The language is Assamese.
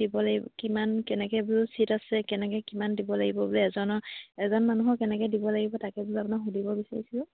দিব লাগ কিমান কেনেকৈ বোলো ছিট আছে কেনেকৈ কিমান দিব লাগিব বুলি এজনৰ এজন মানুহৰ কেনেকৈ দিব লাগিব তাকে বোলো আপোনাক সুধিব বিচাৰিছিলোঁ